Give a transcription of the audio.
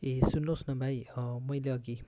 ए सुन्नुहोस् न भाइ मैले अघि